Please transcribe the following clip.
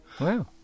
Wow